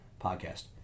podcast